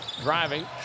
driving